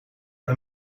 een